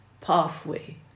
pathway